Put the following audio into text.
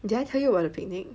did I tell you about the picnic